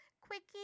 Quickie